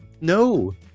No